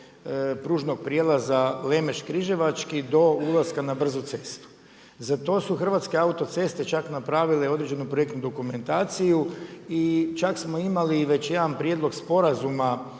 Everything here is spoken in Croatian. pružnog prijelaza Lemeš Križevački do ulaska na brzu cestu. Za to su Hrvatske autoceste čak napravile određenu projektnu dokumentaciju i čak smo imali i već jedan prijedlog sporazuma